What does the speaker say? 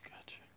Gotcha